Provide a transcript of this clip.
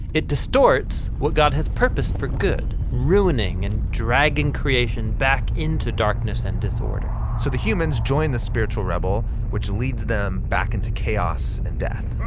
it distorts what god has purposed for good ruining and dragging creation back into darkness and disorder. so the humans join the spiritual rebel which leads them back into chaos and death.